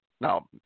Now